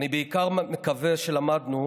אני בעיקר מקווה שלמדנו